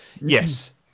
yes